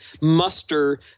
muster